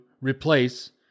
replace